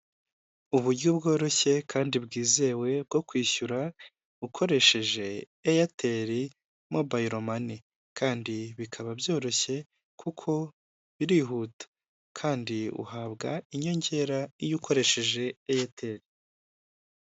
Uburyo bworoshye kandi bwizewe bwo kwishyura ukoresheje Eyateli mobayilo mani. Kandi bikaba byoroshye kuko birihuta. Kandi uhabwa inyongera iyo ukoresheje Eyateli.